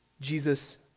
Jesus